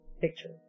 picture